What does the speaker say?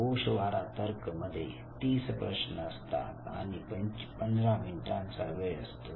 गोषवारा तर्क मध्ये 30 प्रश्न असतात आणि 15 मिनिटांचा वेळ असतो